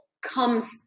comes